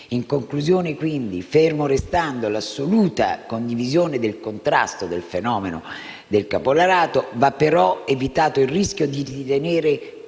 In conclusione, quindi, ferma restando l'assoluta condivisione della necessità di contrastare il fenomeno del caporalato, va però evitato il rischio di ritenere